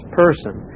person